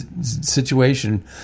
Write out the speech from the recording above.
Situation